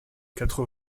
quatre